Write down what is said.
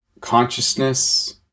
consciousness